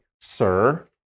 Sir